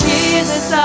Jesus